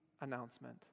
announcement